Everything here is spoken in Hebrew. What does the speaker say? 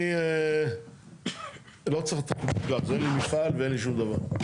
אני לא צריך גז, אין לי מפעל ואין לי שום דבר.